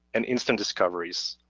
and instant discoveries.